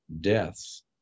deaths